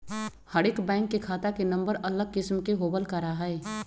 हर एक बैंक के खाता के नम्बर अलग किस्म के होबल करा हई